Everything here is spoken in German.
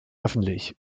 öffentlich